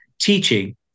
teaching